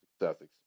success